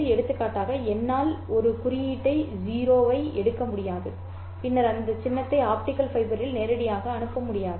எடுத்துக்காட்டாக என்னால் ஒரு குறியீட்டு 0 ஐ எடுக்க முடியாது பின்னர் இந்த சின்னத்தை ஆப்டிகல் ஃபைபரில் நேரடியாக அனுப்ப முடியாது